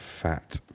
fat